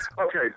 okay